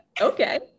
okay